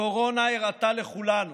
הקורונה הראתה לכולנו